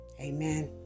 Amen